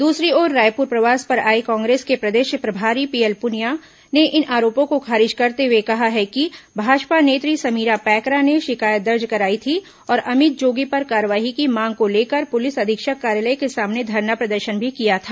दूसरी ओर रायपुर प्रवास पर आए कांग्रेस के प्रदेश प्रभारी पीएल पुनिया ने इन आरोपों को खारिज करते हुए कहा है कि भाजपा नेत्री समीरा पैकरा ने शिकायत दर्ज करायी थी और अमित जोगी पर कार्रवाई की मांग को लेकर पुलिस अधीक्षक कार्यालय के सामने धरना प्रदर्शन भी किया था